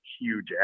huge